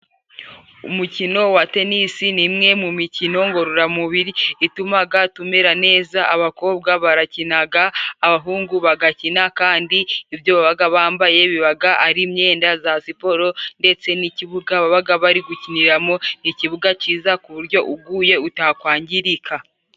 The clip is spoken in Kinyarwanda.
Umukino wa tennis ni imwe mu mikino ngororamubiri itumaga tumera neza, abakobwa barakinaga abahungu bagakina, kandi ibyo babaga bambaye bibaga ari imyenda za siporo, ndetse n'ikibuga babaga bari gukiniramo ikibuga cyiza ku buryo uguye utakwangirika.